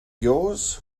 yours